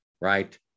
Right